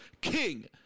King